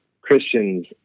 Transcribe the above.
Christians